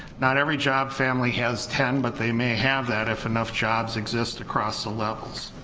not every job family has ten but they may have that if enough jobs exist across the levels,